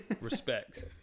Respect